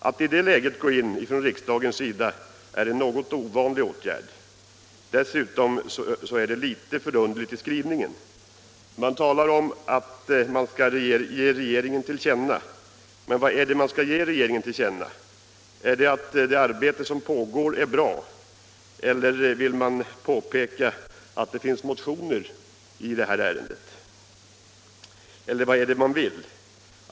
Att i det läget gå in från riksdagens sida är en något ovanlig åtgärd. Dessutom är det litet förunderligt i skrivningen. Man talar om att man skall ge regeringen till känna. Men vad är det man skall ge regeringen till känna? Är det att det arbete som pågår är bra eller vill man påpeka att det finns motioner i det här ärendet, eller vad är det man vill?